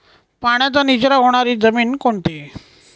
पाण्याचा निचरा होणारी जमीन कोणती?